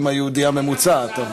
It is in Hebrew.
אימא יהודייה ממוצעת.